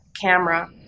camera